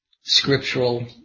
scriptural